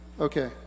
Okay